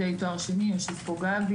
יושב פה גבי